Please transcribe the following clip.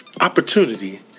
Opportunity